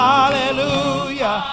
Hallelujah